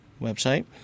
website